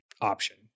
option